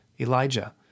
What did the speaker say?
Elijah